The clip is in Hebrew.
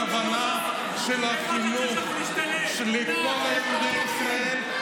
הכוונה של החינוך לכל ילדי ישראל,